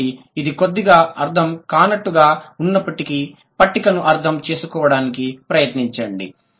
కాబట్టి ఇది కొద్దిగా అర్ధం కానట్టుగా ఉన్నపటికీ పట్టికను అర్థం చేసుకోవడానికి ప్రయత్నించండి